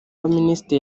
y’abaminisitiri